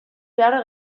behar